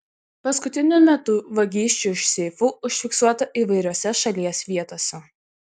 paskutiniu metu vagysčių iš seifų užfiksuota įvairiose šalies vietose